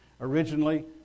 originally